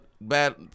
bad